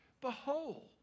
behold